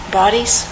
bodies